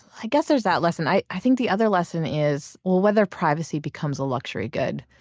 i guess there's that lesson. i i think the other lesson is, whether privacy becomes a luxury good.